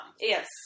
Yes